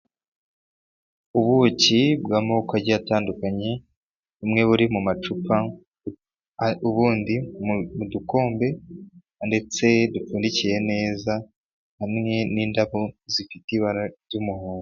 Ubuki bw'amoko agiye atandukanye, bumwe buri mu macupa, ubundi mu dukombe ndetse dupfundikiye neza hamwe n'indabo zifite ibara ry'umuhondo.